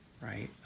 right